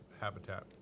habitat